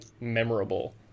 memorable